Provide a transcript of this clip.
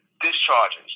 discharges